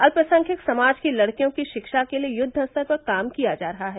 अल्पसंख्यक समाज की लड़कियों की शिक्षा के लिए युद्वस्तर पर काम किया जा रहा है